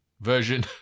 version